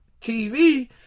TV